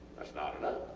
thats not enough.